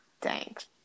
Thanks